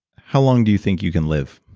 how long do you think you can live?